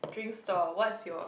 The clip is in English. drink stall what's your